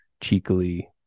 cheekily